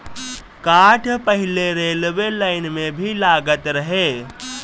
काठ पहिले railway line में भी लागत रहे